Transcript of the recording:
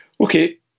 Okay